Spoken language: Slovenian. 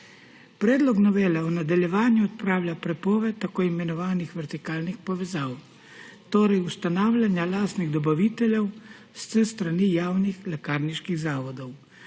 Predlog novele v nadaljevanju odpravlja prepoved tako imenovanih vertikalnih povezav, torej ustanavljanja lastnih dobaviteljev s strani javnih lekarniških zavodov.